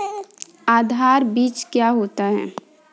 आधार बीज क्या होता है?